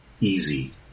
easy